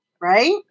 Right